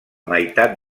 meitat